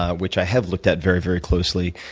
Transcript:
ah which i have looked at very, very closely.